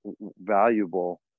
valuable